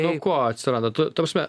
nuo ko atsirado ta ta prasme